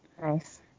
Nice